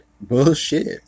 bullshit